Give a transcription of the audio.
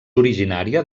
originària